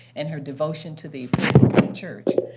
and her devotion to the church.